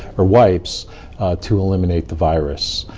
or wipes to eliminate the virus.